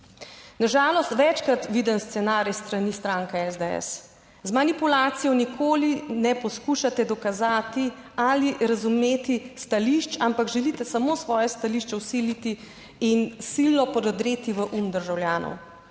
Na žalost večkrat viden scenarij s strani stranke SDS. Z manipulacijo nikoli ne poskušate dokazati ali razumeti stališč, ampak želite samo svoje stališče vsiliti in silno prodreti v um državljanov.